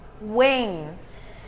wings